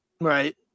Right